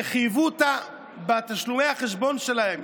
שחייבו אותה בתשלומי החשבון שלהם